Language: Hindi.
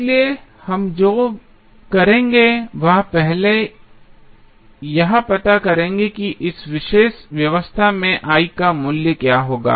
इसलिए हम जो करेंगे वह पहले यह पता करेंगे कि इस विशेष व्यवस्था में I का क्या मूल्य होगा